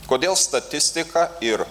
kodėl statistika ir